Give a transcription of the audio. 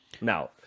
Now